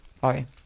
Sorry